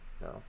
No